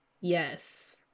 Yes